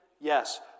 Yes